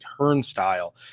turnstile